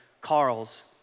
Carls